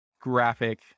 graphic